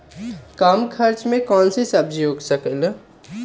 कम खर्च मे कौन सब्जी उग सकल ह?